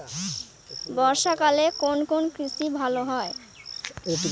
বর্ষা কালে কোন কোন কৃষি ভালো হয়?